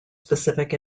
specific